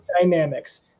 Dynamics